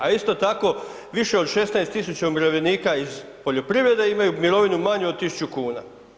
A isto tako više od 16 000 umirovljenika iz poljoprivrede imaju mirovinu manju od 1.000,00 kn.